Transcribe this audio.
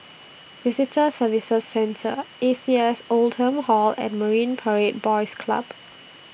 Visitor Services Centre A C S Oldham Hall and Marine Parade Boys Club